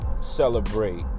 celebrate